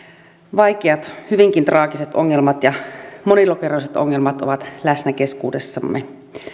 vaikeat hyvinkin traagiset ongelmat ja monilokeroiset ongelmat ovat läsnä keskuudessamme